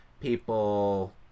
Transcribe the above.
people